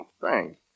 Thanks